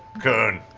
kern.